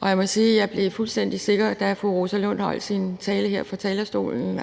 der var på rette vej, da fru Rosa Lund holdt sin tale her på talerstolen.